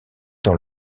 dans